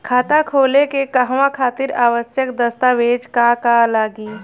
खाता खोले के कहवा खातिर आवश्यक दस्तावेज का का लगी?